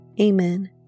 Amen